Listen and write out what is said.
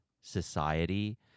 society